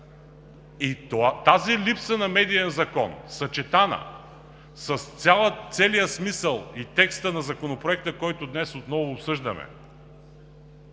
И тази липса на медиен закон, съчетана с целия смисъл и текста на Законопроекта, който днес отново обсъждаме,